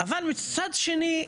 מצד שני,